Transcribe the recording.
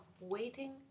Waiting